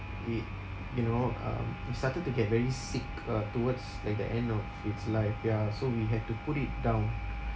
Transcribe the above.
it you know um it started to get very sick uh towards like the end of its life ya so we had to put it down